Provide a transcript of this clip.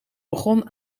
begon